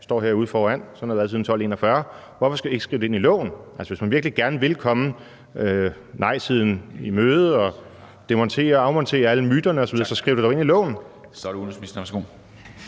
står jo herude foran, og sådan har det været siden 1241. Hvorfor skal vi ikke skrive det ind i loven? Altså, hvis man virkelig gerne vil komme nejsiden i møde og demontere og afmontere alle myterne osv., så skriv det dog ind i loven. Kl. 13:09 Formanden (Henrik